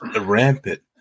rampant